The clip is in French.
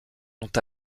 dont